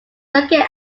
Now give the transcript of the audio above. located